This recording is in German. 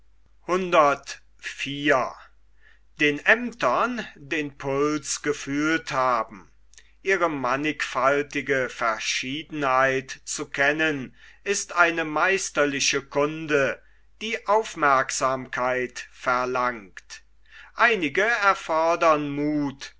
ihre mannigfaltige verschiedenheit zu kennen ist eine meisterliche kunde die aufmerksamkeit verlangt einige erfordern muth